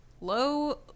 low